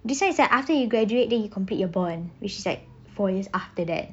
besides that after you graduate then you complete your bond which is like four years after that